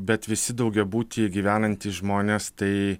bet visi daugiabutyje gyvenantys žmonės tai